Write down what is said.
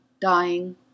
dying